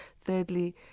Thirdly